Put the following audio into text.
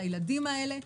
לילדים האלה.